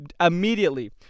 immediately